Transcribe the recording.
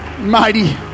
mighty